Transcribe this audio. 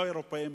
לא האירופים,